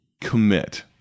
commit